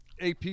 AP